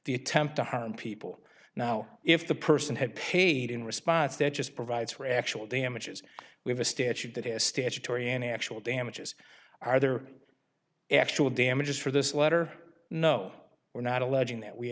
the attempt to harm people now if the person had paid in response they just provides for actual damages we have a statute that is statutory and actual damages are there actual damages for this letter no we're not alleging that we